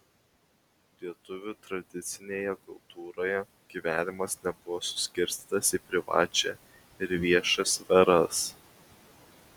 lietuvių tradicinėje kultūroje gyvenimas nebuvo suskirstytas į privačią ir viešą sferas